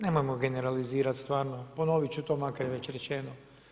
Nemojmo generalizirati, stvarno, ponovit ću to makar je već rečeno.